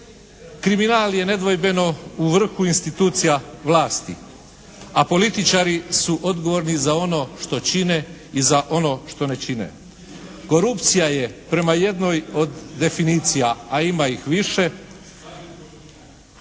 Kriminal je nedvojbeno u vrhu institucija vlasti, a političari su odgovorni za ono što čine i za ono što ne čine. Korupcija je prema jednoj od definicija, a ima ih više